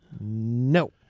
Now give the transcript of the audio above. No